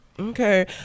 Okay